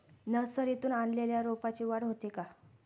नर्सरीतून आणलेल्या रोपाची वाढ होते का?